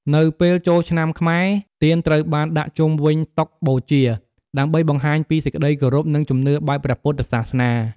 នៅពេលចូលឆ្នាំខ្មែរ ទៀនត្រូវបានដាក់ជុំវិញតុបូជា ដើម្បីបង្ហាញពីសេចក្ដីគោរព និងជំនឿបែបព្រះពុទ្ធសាសនា។